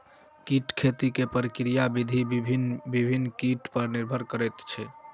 कीट खेती के प्रक्रिया विधि भिन्न भिन्न कीट पर निर्भर करैत छै